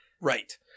right